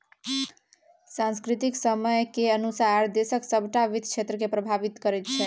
सांख्यिकी समय केर अनुसार देशक सभटा वित्त क्षेत्रकेँ प्रभावित करैत छै